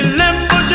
limbo